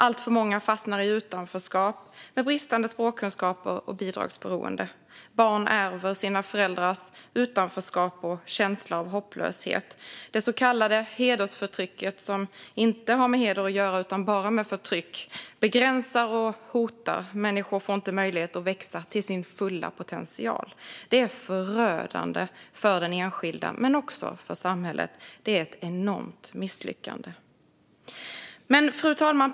Alltför många fastnar i utanförskap med bristande språkkunskaper och bidragsberoende. Barn ärver sina föräldrars utanförskap och känsla av hopplöshet. Det så kallade hedersförtrycket, som inte har med heder att göra utan bara med förtryck, begränsar och hotar. Människor får inte möjlighet att växa till sin fulla potential. Det är förödande för den enskilde men också för samhället. Det är ett enormt misslyckande. Fru talman!